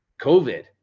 COVID